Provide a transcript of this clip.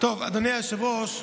אדוני היושב-ראש,